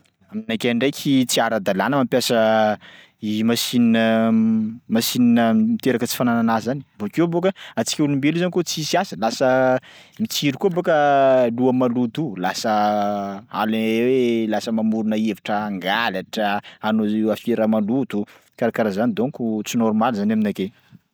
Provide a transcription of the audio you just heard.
Aminakay ndraiky tsy ara-dalàna mampiasa i machine a machine a miteraka tsy fananan'asa zany bôkeo bôka antsika olombelo io zany kô tsisy asa lasa mitsiry koa bôka loha maloto io lasa ami- lasa mamorona hevitra hangalatra, hanao afera maloto, karakaraha zany donko tsy normaly zany aminakay.